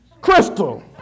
Crystal